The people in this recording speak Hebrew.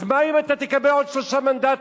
אז מה אם תקבל עוד שלושה מנדטים?